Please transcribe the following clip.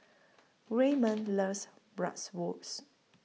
Waymon loves Bratwurst